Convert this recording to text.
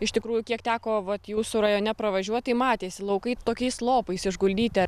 iš tikrųjų kiek teko vat jūsų rajone pravažiuot tai matėsi laukai tokiais lopais išguldyti